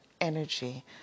energy